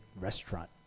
restaurant